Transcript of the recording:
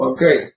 Okay